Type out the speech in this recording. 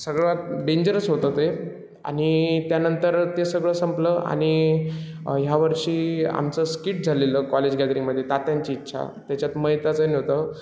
सगळ्यांत डेंजरस होतं ते आणि त्यानंतर ते सगळं संपलं आणि ह्यावर्षी आमचं स्किट झालेलं कॉलेज गॅदरिंगमध्ये तात्यांची इच्छा त्याच्यात मयताचं हे होतं